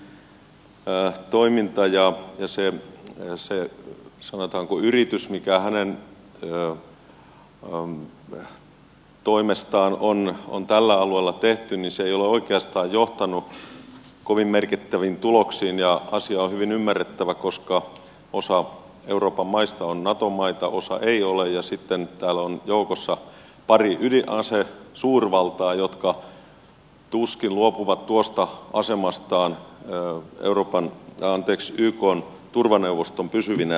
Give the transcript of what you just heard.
lady ashtonin toiminta ja se sanotaanko yritys mikä hänen toimestaan on tällä alueella tehty ei ole oikeastaan johtanut kovin merkittäviin tuloksiin ja asia on hyvin ymmärrettävä koska osa euroopan maista on nato maita osa ei ole ja sitten täällä on joukossa pari ydinasesuurvaltaa jotka tuskin luopuvat tuosta asemastaan ykn turvaneuvoston pysyvinä jäseninä